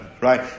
right